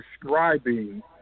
describing